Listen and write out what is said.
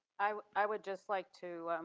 i i would just like to,